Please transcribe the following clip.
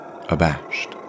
abashed